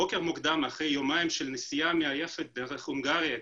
בוקר מוקדם אחרי יומיים של נסיעה מעייפת דרך הונגריה,